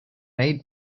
made